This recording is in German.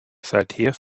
seither